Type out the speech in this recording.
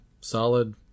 solid